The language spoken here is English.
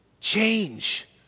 change